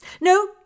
No